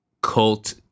cult